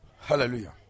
Hallelujah